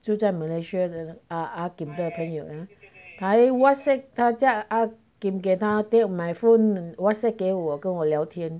就在 malaysia 的 err ah kim 的朋友还 whatsapp 大家 ah kim 给她买 phone whatsapp 给我跟我聊天